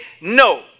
no